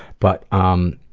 but um,